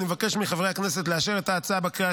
אני מבקש מחברי הכנסת לאשר את ההצעה בקריאה